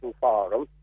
forum